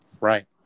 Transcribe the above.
right